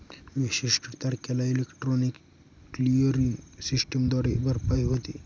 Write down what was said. विशिष्ट तारखेला electronic clearing सिस्टमद्वारे भरपाई होते